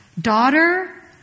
daughter